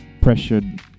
pressured